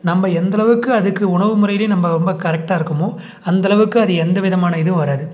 நம்ம எந்தளவுக்கு அதுக்கு உணவு முறையிலேயும் நம்ம ரொம்ப கரெக்டாக இருக்கோமோ அந்தளவுக்கு அது எந்தவிதமான இதுவும் வராது